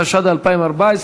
התשע"ד 2014,